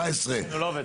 הוא לא עובד.